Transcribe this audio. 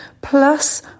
plus